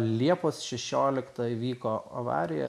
liepos šešioliktą įvyko avarija